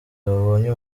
babonye